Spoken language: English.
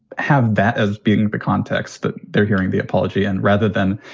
have that as being the context that they're hearing the apology and rather than